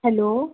hello